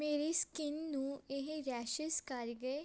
ਮੇਰੀ ਸਕਿੰਨ ਨੂੰ ਇਹ ਰੈਸ਼ਿਸ਼ ਕਰ ਗਏ